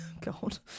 God